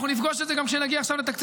אנחנו נפגוש את זה גם כשנגיע עכשיו לתקציב